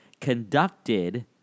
conducted